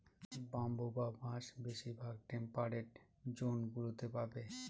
bamboo বা বাঁশ বেশিরভাগ টেম্পারড জোন গুলোতে পাবে